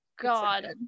God